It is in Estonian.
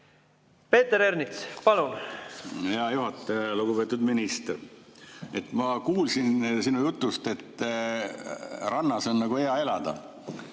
Peeter Ernits, palun! Hea juhataja! Lugupeetud minister! Ma kuulsin sinu jutust, et rannas on hea elada.